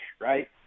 right